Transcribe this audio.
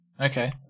Okay